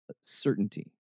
certainty